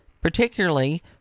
particularly